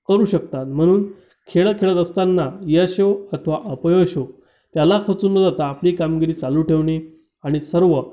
करू शकतात म्हणून खेळ खेळत असताना यश येवो अथवा अपयश येवो त्याला खचून न जाता आपली कामगिरी चालू ठेवणे आणि सर्व